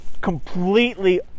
completely